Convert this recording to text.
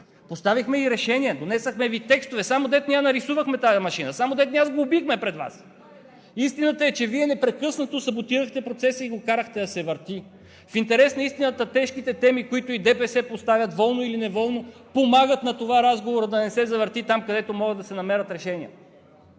поставихме и решението, внесохме Ви текстове, само дето не я нарисувахме тази машина, само дето не я сглобихме пред Вас! Истината е, че Вие непрекъснато саботирахте процеса и го карахте да се върти. В интерес на истината тежките теми, които и ДПС поставят волно или неволно, помагат на това разговорът да не се завърти там, където могат да се намерят решения.